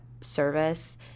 service